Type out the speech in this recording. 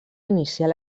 iniciar